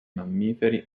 mammiferi